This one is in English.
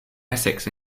essex